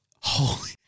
holy